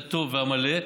הטוב והמלא,